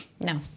no